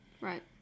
Right